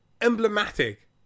emblematic